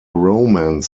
romans